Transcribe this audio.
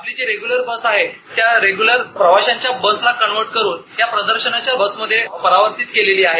आपली जी regular bus आहे त्या रेग्युलर प्रवाश्यांच्या बसला कन्हव करून या प्रदर्शनाच्या बसमध्ये परावर्तीत केलेली आहे